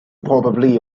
probably